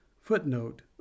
footnote